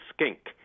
Skink